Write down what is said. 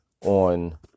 on